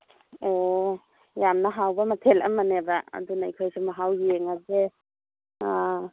ꯑꯣ ꯌꯥꯝꯅ ꯍꯥꯎꯕ ꯃꯊꯦꯜ ꯑꯃꯅꯦꯕ ꯑꯗꯨꯅ ꯑꯩꯈꯣꯏꯁꯨ ꯃꯍꯥꯎ ꯌꯦꯡꯉꯒꯦ ꯑꯥ